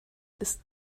ist